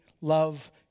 love